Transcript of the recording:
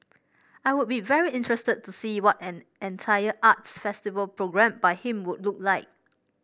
I would be very interested to see what an entire arts festival programmed by him would look like